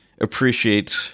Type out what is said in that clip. appreciate